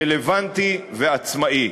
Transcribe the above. רלוונטי ועצמאי.